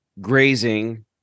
grazing